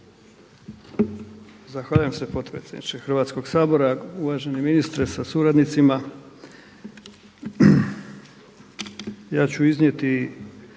Zahvaljujem se potpredsjedniče Hrvatskoga sabora, uvaženi ministre sa suradnicima. Ja ću iznijeti